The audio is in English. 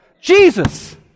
Jesus